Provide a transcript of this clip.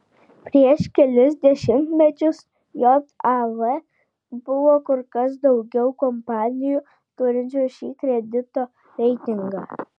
prieš kelis dešimtmečius jav buvo kur kas daugiau kompanijų turinčių šį kredito reitingą